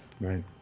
Right